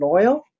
loyal